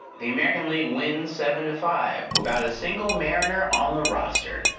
the american league wins seven to five without a single mariner on the roster.